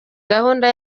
gahunda